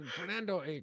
Fernando